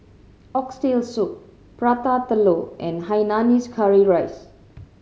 Oxtail Soup Prata Telur and hainanese curry rice